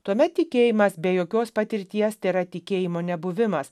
tuomet tikėjimas be jokios patirties tėra tikėjimo nebuvimas